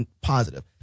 positive